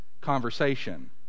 conversation